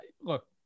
look